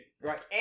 Right